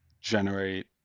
generate